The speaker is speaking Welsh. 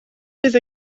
bydd